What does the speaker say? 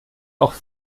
auch